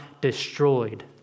destroyed